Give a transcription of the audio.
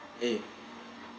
eh